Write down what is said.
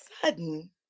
sudden